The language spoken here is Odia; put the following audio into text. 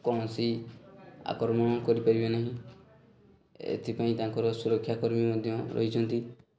କୌଣସି ଆକ୍ରମଣ କରିପାରିବେ ନାହିଁ ଏଥିପାଇଁ ତାଙ୍କର ସୁରକ୍ଷାକର୍ମୀ ମଧ୍ୟ ରହିଛନ୍ତି